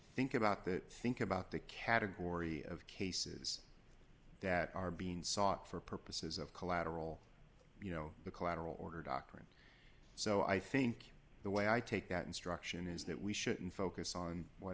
think about that think about the category of cases that are being sought for purposes of collateral you know the collateral order doctrine so i think the way i take that instruction is that we shouldn't focus on what